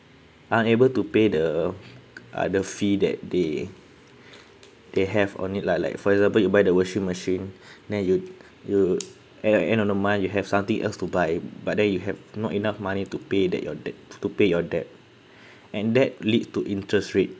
unable to pay the uh the fee that they they have on it lah like for example you buy the washing machine then you you at at the end of the month you have something else to buy but then you have not enough money to pay back your debt to pay your debt and that lead to interest rate